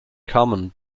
common